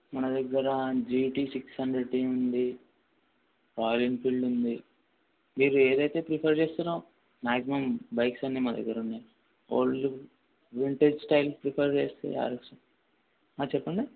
మన దగ్గర GT six hundred T ఉంది రాయల్ ఎన్ఫీల్డ్ ఉంది మీరు ఏదైతే ప్రిఫర్ చేస్తారో మ్యాగ్జిమం బైక్స్ అన్నీ మా దగ్గర ఉన్నాయి ఓల్డ్ వింటేజ్ స్టైల్ ప్రిఫర్ చేస్తే ఆరెక్స్ చెప్పండి